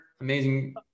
amazing